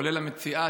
כולל המציעה,